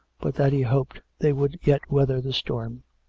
but that he hoped they would yet weather the storm.